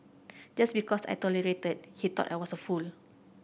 just because I tolerated he thought I was a fool